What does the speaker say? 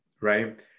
right